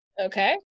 Okay